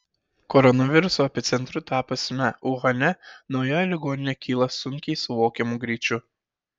koronaviruso epicentru tapusiame uhane nauja ligoninė kyla sunkiai suvokiamu greičiu